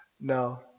no